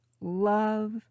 love